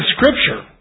Scripture